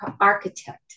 architect